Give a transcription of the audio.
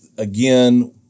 again